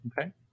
Okay